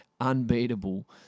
unbeatable